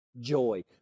joy